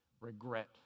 Regret